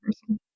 person